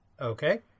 Okay